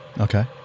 Okay